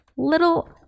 little